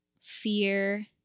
fear